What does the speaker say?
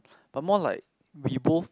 but more like we both